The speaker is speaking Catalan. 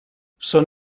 són